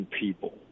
people